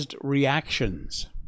reactions